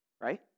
right